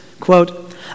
Quote